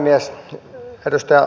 arvoisa puhemies